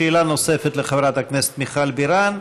שאלה נוספת לחברת הכנסת מיכל בירן.